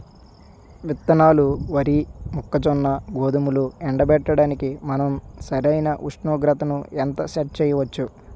విత్తనాలు వరి, మొక్కజొన్న, గోధుమలు ఎండబెట్టడానికి మనం సరైన ఉష్ణోగ్రతను ఎంత సెట్ చేయవచ్చు?